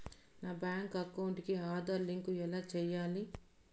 నా bank account కి Aadhaar link ఎలా సేయాలి